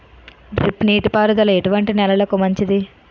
Drip నీటి పారుదల ఎటువంటి నెలలకు మంచిది?